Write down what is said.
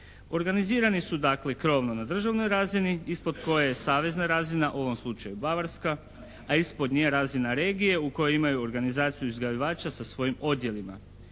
Organizirani su, dakle, krovno na državnoj razini ispod koje je savezna razina, u ovom slučaju Bavarska, a ispod nje razina regije u kojoj imaju organizaciju uzgajivača sa svojim odjelima.